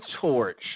torch